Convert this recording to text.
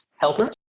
helper